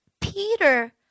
peter